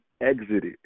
exited